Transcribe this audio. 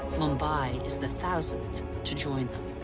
mumbai is the thousandth to join